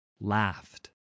laughed